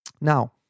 Now